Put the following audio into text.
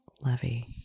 Levy